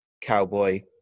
Cowboy